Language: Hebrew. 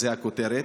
זו הכותרת.